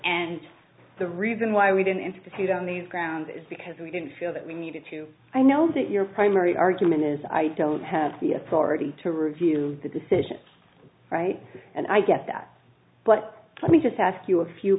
and the reason why we did institute on these grounds is because we didn't feel that we needed to i know that your primary argument is i don't have the authority to review the decision right and i get that but let me just ask you a few